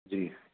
جی